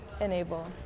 enable